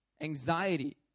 anxiety